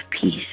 peace